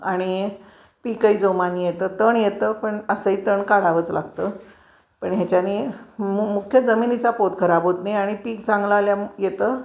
आणि पीकही जोमाने येतं तण येतं पण असंही तण काढावंच लागतं पण ह्याच्याने मु मुख्य जमिनीचा पोत खराब होत नाही आणि पीक चांगला आल्या येतं